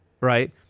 right